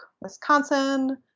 Wisconsin